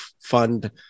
fund